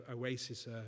Oasis